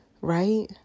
Right